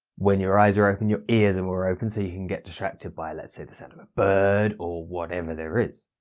when your eyes are open your ears and we're open so you can get distracted by let's say the sound of a bird or whatever there is.